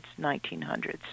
1900s